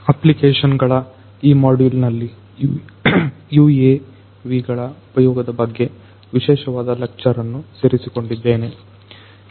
application ಗಳ ಈ ಮೊಡ್ಯುಲ್ನಲ್ಲಿ UAVಗಳ ಉಪಯೋಗದ ಬಗ್ಗೆ ವಿಶೇಷವಾದ ಲೆಕ್ಚರ್ ಅನ್ನು ಸೇರಿಸಿಕೊಂಡಿದ್ದೇನೆ